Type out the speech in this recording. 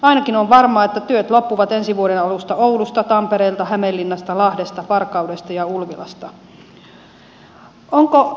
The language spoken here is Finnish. ainakin on varmaa että työt loppuvat ensi vuoden alusta oulusta tampereelta hämeenlinnasta lahdesta varkaudesta ja ulvilasta